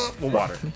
water